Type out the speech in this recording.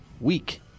weak